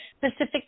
pacific